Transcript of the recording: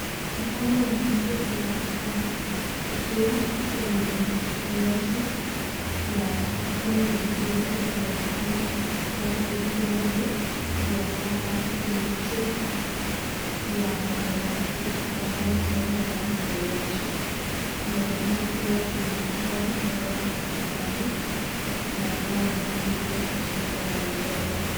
Mkono wa mtu unaonekana ukiwa umenyooshwa na mkono mwingine unaonekana ukitoa vidonge vya dawa kwenye chupa ya glasi , chupa ambayo haina rangi yotote. Inaonekana kuwa inatoa dawa ndani na dawa ambazo ziko katika aina ya vidonge.